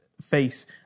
face